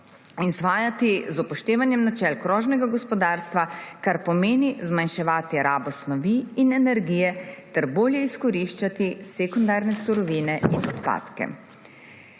izvajati z upoštevanjem načel krožnega gospodarstva, kar pomeni zmanjševati rabo snovi in energije ter bolje izkoriščati sekundarne surovine kot odpadke.